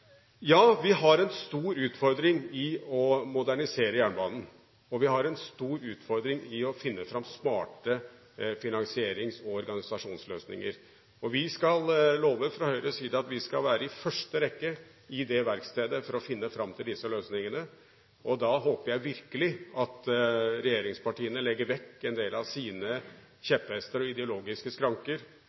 Ja, vi har en stor utfordring i å modernisere jernbanen, og vi har en stor utfordring i å finne smarte finansierings- og organisasjonsløsninger. Vi skal fra Høyres side love at vi skal være i første rekke i det verkstedet for å finne fram til disse løsningene. Da håper jeg virkelig at regjeringspartiene legger vekk en del av sine kjepphester og ideologiske skranker